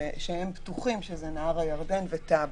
פתוחים, שזה נהר הירדן וטאבה.